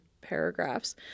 paragraphs